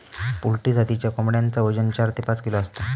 poultry जातीच्या कोंबड्यांचा वजन चार ते पाच किलो असता